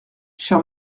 cher